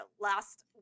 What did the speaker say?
last